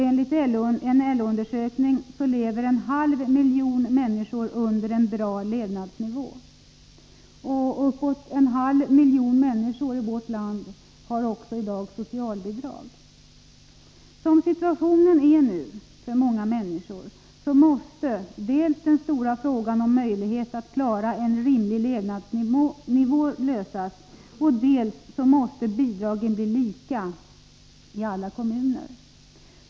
Enligt en LO-undersökning lever en halv miljon under en godtagbar levnadsnivå. Nära en halv miljon människor i vårt land har socialbidrag. Som situationen nu är för många människor måste vi dels lösa den stora frågan om hur vi skall kunna skapa en rimlig levnadsnivå för alla, dels åstadkomma enhetliga bidrag i alla kommuner.